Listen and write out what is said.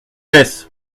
laisse